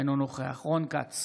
אינו נוכח רון כץ,